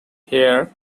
here